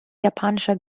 japanischer